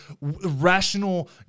rational